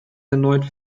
erneut